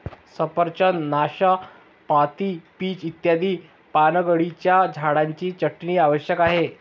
सफरचंद, नाशपाती, पीच इत्यादी पानगळीच्या झाडांची छाटणी आवश्यक आहे